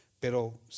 Pero